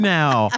now